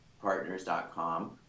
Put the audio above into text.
partners.com